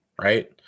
right